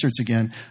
again